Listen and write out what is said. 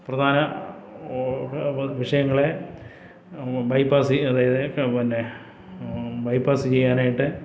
പ്രധാന വിഷയങ്ങളെ ബൈപാസ് അതായത് പിന്നെ ബൈപാസ് ചെയ്യാനായിട്ട്